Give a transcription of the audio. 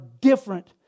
different